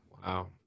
Wow